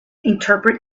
interpret